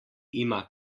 ima